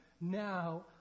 now